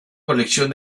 colección